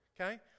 okay